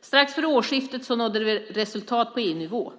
Strax före årsskiftet nådde vi resultat på EU-nivå.